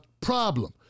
problem